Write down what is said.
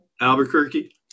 Albuquerque